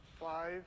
Five